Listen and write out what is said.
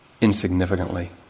insignificantly